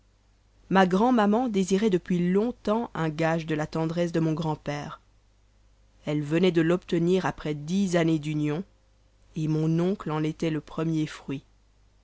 ma grand'maman désirait depuis long-temps un gage de tendresse de mon grand-père elle venait de l'obtenir après dix années d'union et mon oncle en était le premier fruit